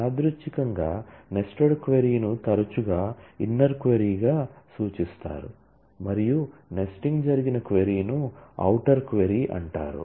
యాదృచ్ఛికంగా nested query ను తరచుగా ఇన్నర్ క్వరీ గా సూచిస్తారు మరియు నెస్టింగ్ జరిగిన క్వరీ ను ఔటర్ క్వరీ అంటారు